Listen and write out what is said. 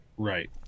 Right